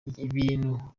ibintu